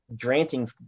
granting